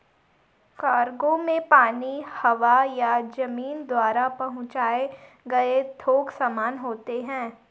cargo में पानी, हवा या जमीन द्वारा पहुंचाए गए थोक सामान होते हैं